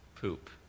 poop